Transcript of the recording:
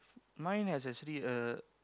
mine has actually a